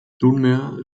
nunmehr